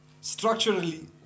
structurally